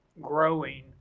growing